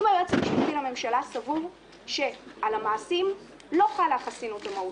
אם היועץ המשפטי לממשלה סבור שעל המעשים לא חלה החסינות המהותית,